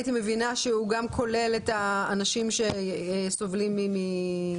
הייתי מבינה שהוא גם כולל את האנשים שסובלים מדחק.